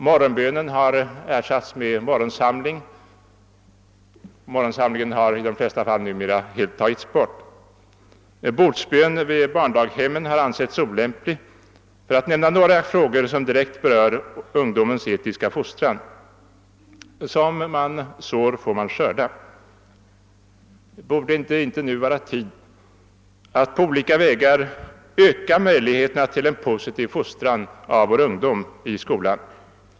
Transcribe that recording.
Morgonbönen har ersatts med morgonsamling, vilken övergått till gemensam samling eller oftast helt borttagits. Bordsbön vid barndaghemmen har ansetts olämplig. Detta är några frågor som direkt berör ungdomens etiska fostran. Som man sår får man skörda. Borde det inte nu vara tid att på olika vägar återigen öka möjligheten till en positiv fostran av vår ungdom i skolan?